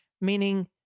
meaning